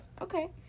Okay